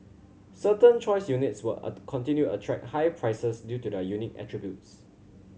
certain choice units will continue to attract high prices due to their unique attributes